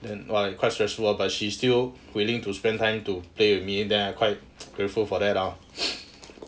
then like quite stressful lah but she still willing to spend time to play with me then I quite grateful for that lah